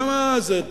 למה זה?